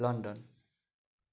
London